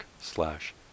slash